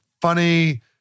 funny